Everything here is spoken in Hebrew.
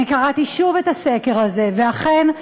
אני קראתי שוב את הסקר הזה, ואכן,